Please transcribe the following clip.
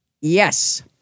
Yes